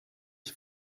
ich